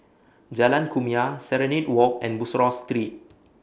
Jalan Kumia Serenade Walk and Bussorah Street